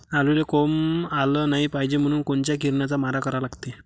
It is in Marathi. आलूले कोंब आलं नाई पायजे म्हनून कोनच्या किरनाचा मारा करा लागते?